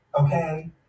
okay